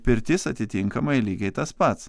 pirtis atitinkamai lygiai tas pats